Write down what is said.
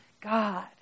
God